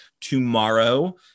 tomorrow